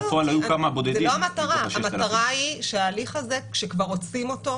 כל אחד הפרקטיקה שהוא מעדיף לראות.